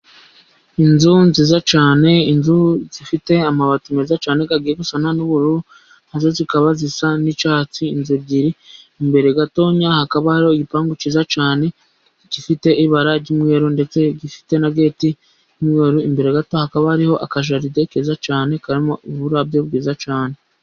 Inzu nziza cyane, inzu zifite amabati meza cyane, kagiye gusa na y'ubururu, nazo zikaba zisa n'icyatsi, inzu ebyiri imbere gatoya, hakaba hari igipangu cyiza cyane, gifite ibara ry'umweru, ndetse gifite na geti y'umweru, imbere gato, hakaba hariho akajaride keza cyane, karimo uburabyo bwiza cyane.